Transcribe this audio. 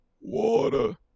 Water